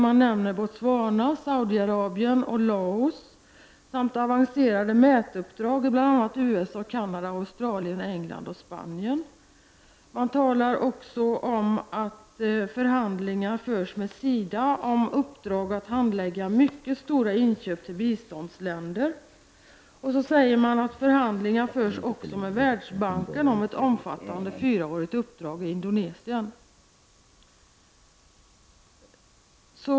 Man nämner Botswana, Saudiarabien, Laos samt avancerade mätuppdrag i bl.a. USA, Canada, Australien, England och Spanien. Man talar också om att förhandlingar förs med SIDA om uppdrag att handlägga mycket stora inköp till biståndsländer. Så säger man att förhandlingar förs med Världsbanken om ett omfattande fyraårigt uppdrag i Indonesien.